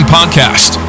Podcast